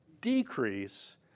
decrease